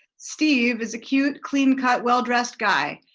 steve is a cute clean-cut well dressed guy.